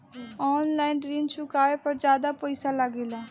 आन line ऋण चुकावे पर ज्यादा पईसा लगेला?